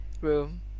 room